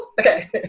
Okay